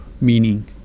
meaning